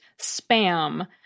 spam